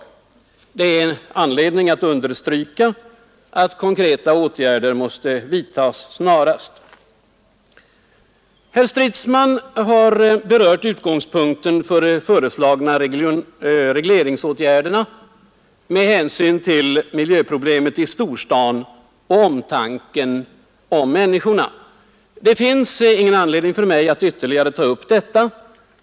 Det finns anledning understryka, att konkreta åtgärder måste vidtas snarast. Herr Stridsman har berört utgångspunkten för de föreslagna regleringsåtgärderna med hänsyn till miljöproblemet i storstaden och omtanken om människorna. Det finns ingen anledning för mig att ytterligare ta upp detta.